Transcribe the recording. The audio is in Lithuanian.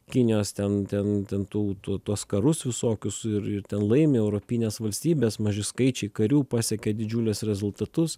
kinijos ten ten ten tų tuos karus visokius ir ir laimi europinės valstybės maži skaičiai karių pasiekia didžiulius rezultatus